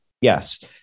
yes